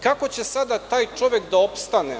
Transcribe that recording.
Kako će sada taj čovek da opstane?